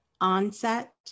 onset